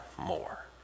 more